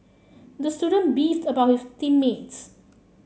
the student beefed about his team mates